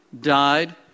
died